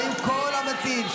האם כל המציעים?